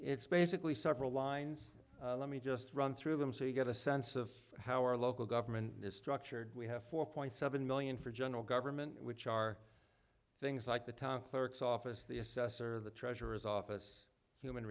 it's basically several lines let me just run through them so you get a sense of how our local government is structured we have four point seven million for general government which are things like the town clerk's office the assessor the treasurer's office human